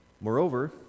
Moreover